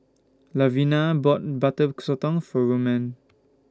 Levina bought Butter Sotong For Romaine